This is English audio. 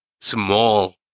small